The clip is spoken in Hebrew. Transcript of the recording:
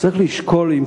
אז צריך לשקול.